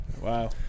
Wow